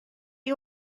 you